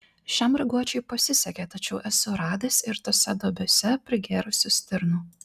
šiam raguočiui pasisekė tačiau esu radęs ir tose duobėse prigėrusių stirnų